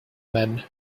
men